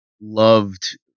loved